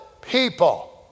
People